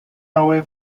away